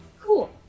cool